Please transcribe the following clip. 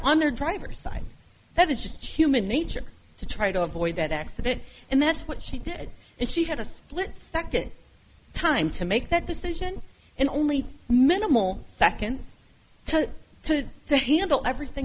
their driver's side that is just human nature to try to avoid that accident and that's what she did and she had a split second time to make that decision and only minimal second to to handle everything